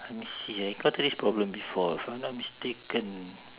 let me see ah I got this problem before if I'm not mistaken